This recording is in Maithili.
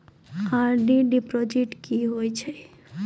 आर.डी डिपॉजिट की होय छै?